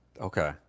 Okay